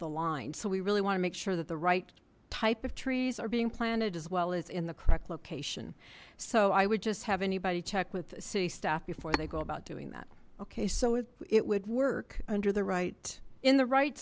the line so we really want to make sure that the right type of trees are being planted as well as in the correct location so i would just have anybody check with city staff before they go about doing that okay so if it would work under the right in the right